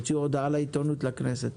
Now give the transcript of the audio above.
הוציאה הודעה לעיתונות לכנסת.